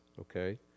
okay